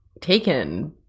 taken